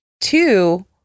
two